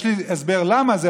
יש לי הסבר למה זה,